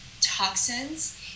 toxins